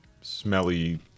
smelly